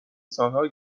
سالها